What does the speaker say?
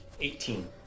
Eighteen